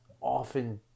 often